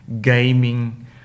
gaming